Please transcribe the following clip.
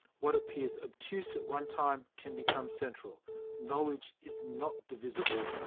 what appears obtuse at one time can become central knowledge is not divisible,